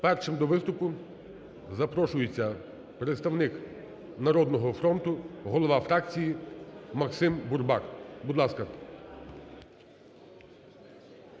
Першим до виступу запрошується представник "Народного фронту", голова фракції Максим Бурбак, будь ласка.